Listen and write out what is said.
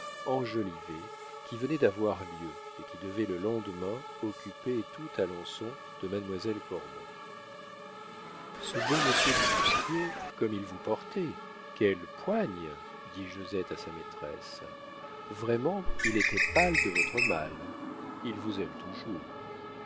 enjolivée qui venait d'avoir lieu et qui devait le lendemain occuper tout alençon de mademoiselle cormon ce bon monsieur du bousquier comme il vous portait quelle poigne dit josette à sa maîtresse vraiment il était pâle de votre mal il vous aime toujours